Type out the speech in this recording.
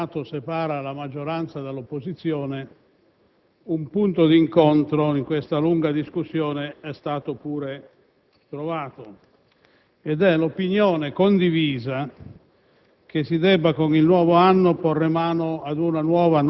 Signor Presidente, i senatori di opposizione che mi hanno preceduto non hanno mancato di segnare lo spartiacque che divide l'Aula.